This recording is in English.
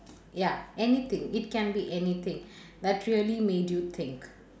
ya anything it can be anything that really made you think